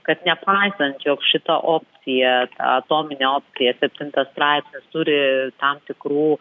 kad nepaisant jog šito o tie atominė opcija septintas straipsnis turi tam tikrų